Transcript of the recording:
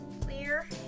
Clear